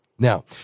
Now